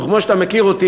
וכמו שאתה מכיר אותי,